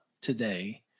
today